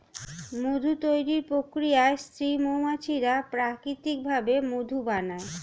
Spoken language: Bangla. মধু তৈরির প্রক্রিয়ায় স্ত্রী মৌমাছিরা প্রাকৃতিক ভাবে মধু বানায়